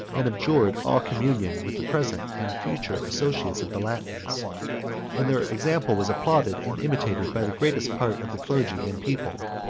and abjured all communion with the present and future associates of the latins and their example was applauded and imitated by the greatest part of the clergy and people.